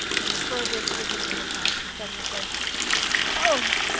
when the fir wood hid him from her sight she suddenly said oh,